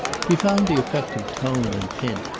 he found the effect of tone and tint,